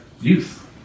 youth